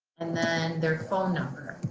and then their phone number.